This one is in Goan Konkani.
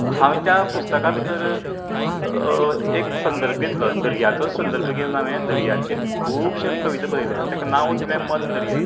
हांवेन त्या पुस्तका भितर एक संदर्भ घेतलो दर्याचो संदर्भ घेवन हांवेन दर्याचेर खुबशें कविता बरयल्या तेका नांव दिलें मन दर्या